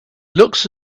looks